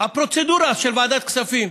הפרוצדורה של ועדת כספים,